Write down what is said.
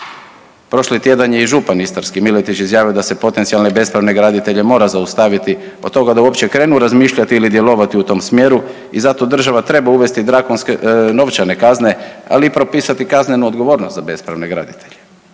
Prošli tjedan je i župan istarski Miletić izjavio da se potencijalne bespravne graditelje mora zaustaviti, od toga da uopće krenu razmišljati ili djelovati u tom smjeru i zato država treba uvesti drakonske novčane kazne, ali i propisati kaznenu odgovornost za bespravne graditelje.